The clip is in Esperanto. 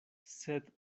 sed